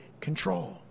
control